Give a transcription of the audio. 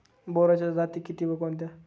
बोराच्या जाती किती व कोणत्या?